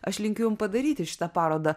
aš linkiu jum padaryti šitą parodą